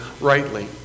rightly